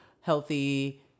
healthy